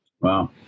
Wow